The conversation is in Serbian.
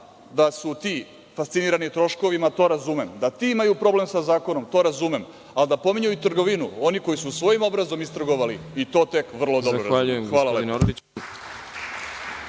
Da su ti fascinirani troškovima, to razumem, da ti imaju problem sa zakonom, to razumem, ali da pominju trgovinu oni koji su svojim obrazom istrgovali i to tek vrlo dobro razumem.